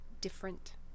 different